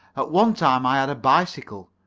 at one time i had a bicycle,